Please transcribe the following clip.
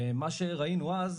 מה שראינו אז,